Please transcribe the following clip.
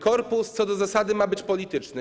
Korpus co do zasady ma być polityczny.